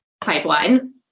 pipeline